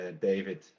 David